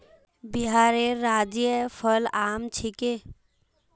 बिहारेर राज्य फल आम छिके